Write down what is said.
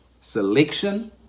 selection